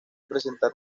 presentar